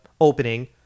opening